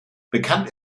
bekannt